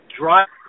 drive